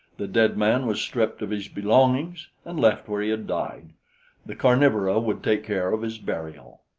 the dead man was stripped of his belongings and left where he had died the carnivora would take care of his burial.